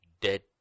dead